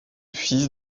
fils